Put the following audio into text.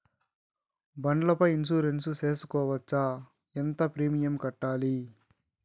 బండ్ల పై ఇన్సూరెన్సు సేసుకోవచ్చా? ఎంత ప్రీమియం కట్టాలి?